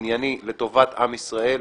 ענייני, לטובת עם ישראל.